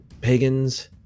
pagans